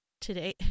today